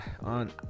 on